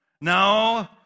no